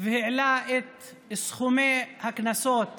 והעלה את סכומי הקנסות